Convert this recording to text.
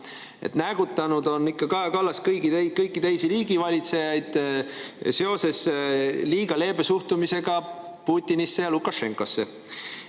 Näägutanud on ikka Kaja Kallas kõiki teisi riigivalitsejaid liiga leebe suhtumise pärast Putinisse ja Lukašenkasse.